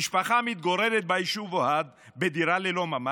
משפחה המתגוררת ביישוב אוהד בדירה ללא ממ"ד